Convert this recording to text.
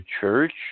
church